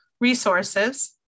resources